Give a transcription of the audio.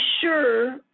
sure